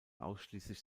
ausschließlich